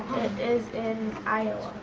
is in iowa.